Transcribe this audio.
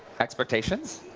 expectations?